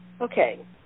Okay